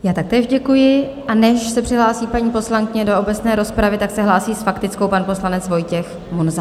Já také děkuji, a než se přihlásí paní poslankyně do obecné rozpravy, tak se hlásí s faktickou pan poslanec Vojtěch Munzar.